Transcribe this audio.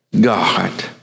God